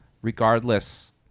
regardless